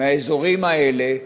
מהאזורים האלה,